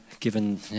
Given